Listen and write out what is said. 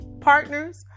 partners